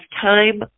time